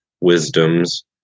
wisdoms